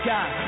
God